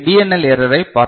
L எரரைப் பார்த்தோம்